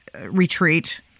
retreat